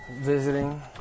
visiting